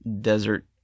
desert